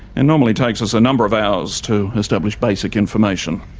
and normally takes us a number of hours to establish basic information.